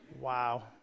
Wow